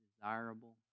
desirable